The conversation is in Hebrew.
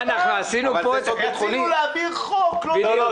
מה אנחנו עשינו פה --- רצינו להעביר חוק --- לא,